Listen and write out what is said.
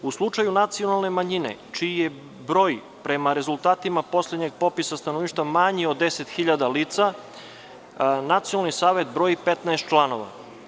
U slučaju nacionalne manjine čiji je broj prema rezultatima poslednjeg popisa stanovništva manji od 10.000 lica, Nacionalni savet broji 15 članova.